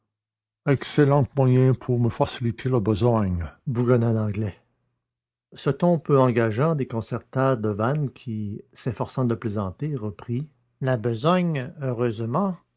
excellent moyen pour me faciliter la besogne bougonna l'anglais ce ton peu engageant déconcerta devanne qui s'efforçant de plaisanter reprit la besogne heureusement